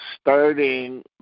starting